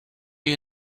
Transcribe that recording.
you